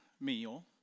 meal